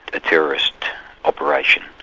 a terrorist operation.